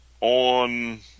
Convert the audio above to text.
on